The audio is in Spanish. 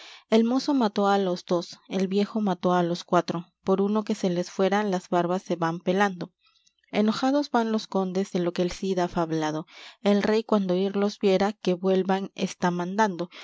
el mozo mató á los dos el viejo mató á los cuatro por uno que se les fuera las barbas se van pelando enojados van los condes de lo que el cid ha fablado el rey cuando ir los viera que vuelvan está mandando